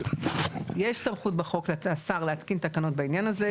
יש סמכות בחוק לשר להתקין תקנות בעניין הזה.